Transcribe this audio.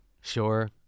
sure